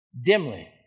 dimly